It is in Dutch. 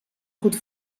goed